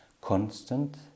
constant